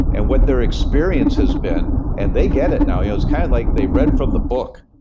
and what their experience has been and they get it now, ah it's kind of like they read from the book,